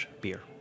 beer